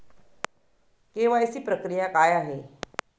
KYC प्रक्रिया काय आहे?